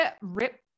rip